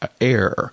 Air